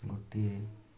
ଗୋଟିଏ